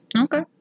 Okay